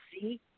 see